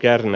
järven